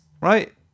Right